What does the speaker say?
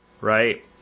right